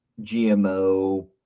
gmo